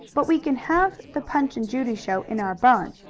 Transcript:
but we can have the punch and judy show in our barn,